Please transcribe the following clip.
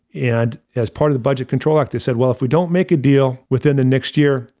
and as part of the budget control act, they said, well, if we don't make a deal within the next year,